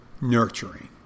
nurturing